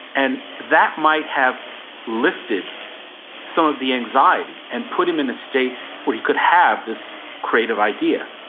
and that might have lifted some of the anxiety and put him in a state where he could have this creative idea.